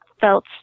felt